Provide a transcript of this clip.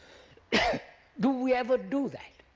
yeah do we ever do that?